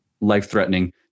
life-threatening